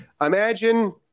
Imagine